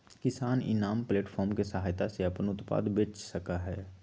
किसान इनाम प्लेटफार्म के सहायता से अपन उत्पाद बेच सका हई